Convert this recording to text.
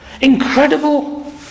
Incredible